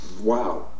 Wow